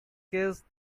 cease